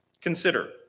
Consider